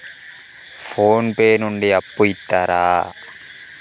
Phone pay నుండి అప్పు ఇత్తరా?